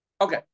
Okay